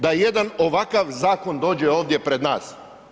Da jedan ovakav zakon dođe ovdje pred nas.